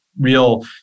real